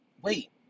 Wait